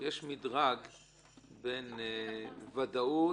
יש מדרג בין ודאות